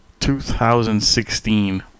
2016